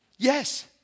Yes